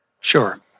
Sure